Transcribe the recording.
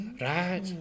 Right